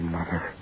Mother